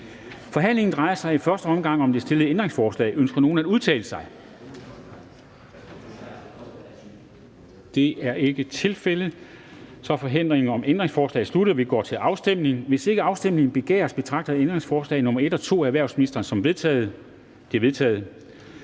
Forhandlingen drejer sig i første omgang om de stillede ændringsforslag. Ønsker nogen at udtale sig? Det er ikke tilfældet, så forhandlingen om ændringsforslaget er sluttet og vi går til afstemning. Kl. 10:45 Afstemning Formanden (Henrik Dam Kristensen): Hvis ikke afstemning begæres, betragter jeg ændringsforslag nr. 1 og 2 af erhvervsministeren som vedtaget. De er vedtaget.